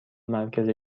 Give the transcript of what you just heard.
مرکز